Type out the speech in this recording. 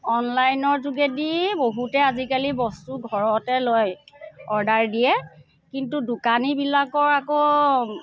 অনলাইনৰ যোগেদি বহুতে আজিকালি বস্তু ঘৰতে লয় অৰ্ডাৰ দিয়ে কিন্তু দোকানীবিলাকৰ আকৌ